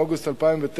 מאוגוסט 2009,